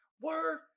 word